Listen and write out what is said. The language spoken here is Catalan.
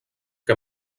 que